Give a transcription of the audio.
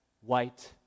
white